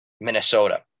Minnesota